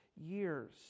years